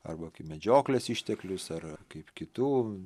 arba kaip medžioklės išteklius ar ar kaip kitų